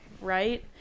right